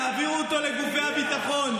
תעבירו אותו לגופי הביטחון?